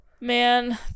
man